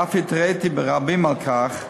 ואף התרעתי על כך ברבים,